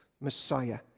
Messiah